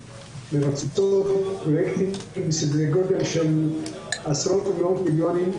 מבצעות פרויקטים שהם בסדרי גודל של עשרות ומאות מיליונים,